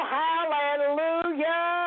hallelujah